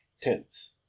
tense